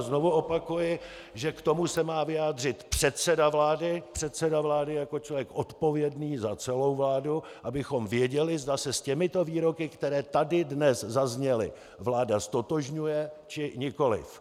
A znovu opakuji, že k tomu se má vyjádřit předseda vlády, předseda vlády jako člověk odpovědný za celou vládu, abychom věděli, zda se s těmito výroky, které tady dnes zazněly, vláda ztotožňuje, či nikoliv.